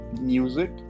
music